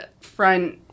front